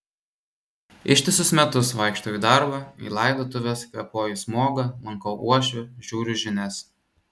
ištisus metus vaikštau į darbą į laidotuves kvėpuoju smogą lankau uošvę žiūriu žinias